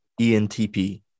ENTP